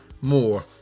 more